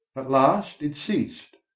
at last it ceased,